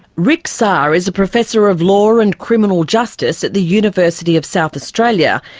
rick sarre is a professor of law and criminal justice at the university of south australia.